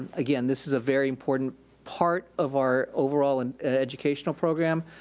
again, this is a very important part of our overall and educational program,